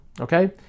okay